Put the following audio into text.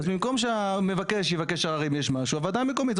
אז במקום שהמבקש יבקש לערער אם יש משהו הוועדה המקומית,